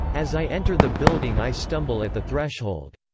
as i enter the building i stumble at the threshold.